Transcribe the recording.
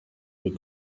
will